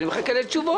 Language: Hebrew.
אני מחכה לתשובות.